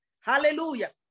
Hallelujah